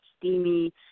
steamy